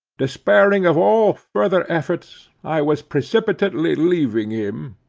despairing of all further efforts, i was precipitately leaving him,